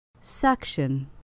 Suction